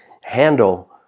handle